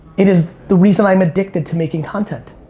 it is the reason i'm addicted to making content.